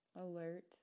Alert